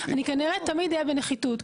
אני כנראה תמיד אהיה בנחיתות.